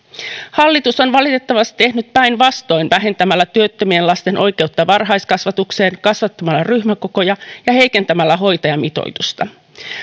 hallitus on valitettavasti tehnyt päinvastoin vähentämällä työttömien lasten oikeutta varhaiskasvatukseen kasvattamalla ryhmäkokoja ja heikentämällä hoitajamitoitusta